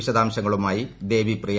വിശദാശങ്ങളുമായി Devipriya